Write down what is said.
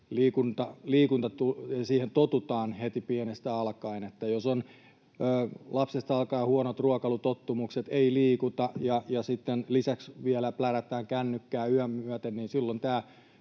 liikuntaan totutaan heti pienestä alkaen. Eli jos on lapsesta alkaen huonot ruokailutottumukset, ei liikuta ja sitten lisäksi vielä plärätään kännykkää yötä myöten,